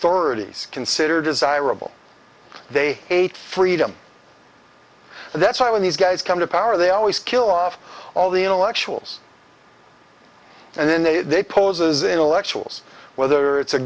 thirty's consider desirable they hate freedom and that's why when these guys come to power they always kill off all the intellectuals and then they they pose as intellectuals whether it's a